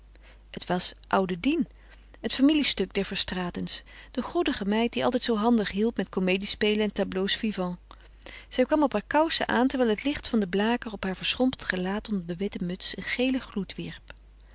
het was oude dien het familiestuk der verstraetens de goedige meid die altijd zoo handig hielp met comediespelen en tableaux-vivants zij kwam op haar kousen aan terwijl het licht van den blaker op haar verschrompeld gelaat onder de witte muts een gelen gloed wierp